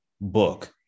book